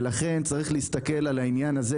ולכן צריך להסתכל על העניין הזה,